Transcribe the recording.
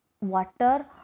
water